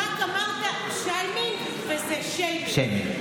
רק אמרת "שַיימינג", וזה שיימינג.